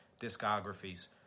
discographies